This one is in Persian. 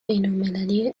بینالمللی